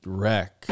wreck